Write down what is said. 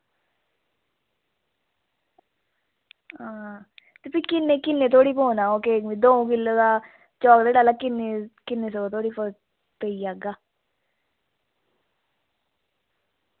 हां ते फ्ही किन्ने किन्ने धोड़ी पौना ओह् केक दो किल्लो दा चाकलेट आह्ला केक किन्ने धोड़ी पेई जाह्गा